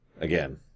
Again